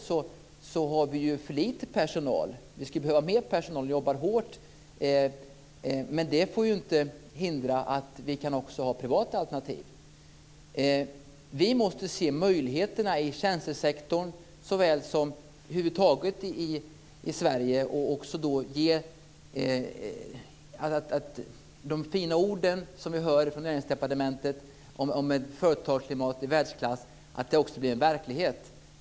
Vi skulle behöva mer personal. De anställda jobbar hårt. Men det får inte hindra att vi också kan ha privata alternativ. Vi måste se möjligheterna i tjänstesektorn såväl som över huvud taget i Sverige. De fina ord som vi hör från Näringsdepartementet om ett företagsklimat i världsklass måste också bli en verklighet.